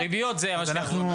הריביות זה מה שאנחנו מבקשים.